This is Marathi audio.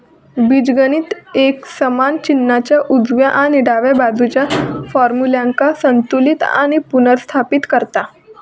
बीजगणित एक समान चिन्हाच्या उजव्या आणि डाव्या बाजुच्या फार्म्युल्यांका संतुलित आणि पुनर्स्थापित करता